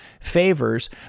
favors